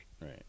Right